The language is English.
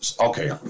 okay